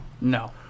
No